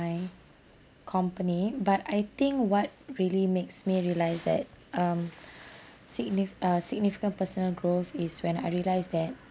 company but I think what really makes me realize that um signif~ uh significant personal growth is when I realize that